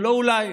לא אולי,